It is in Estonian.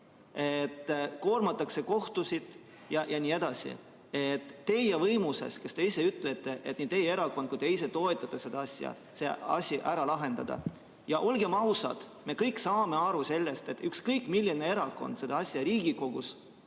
koormatakse kohtuid jne. See on teie võimuses – teie, kes te ise ütlete, et nii teie erakond kui ka te ise toetate seda asja – see asi ära lahendada. Olgem ausad, me kõik saame aru sellest, et ükskõik milline erakond selle asja Riigikogus